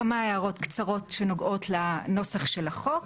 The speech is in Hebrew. כמה הערות קצרות שנוגעות לנוסח של החוק.